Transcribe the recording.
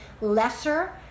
lesser